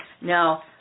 Now